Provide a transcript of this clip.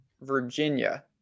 Virginia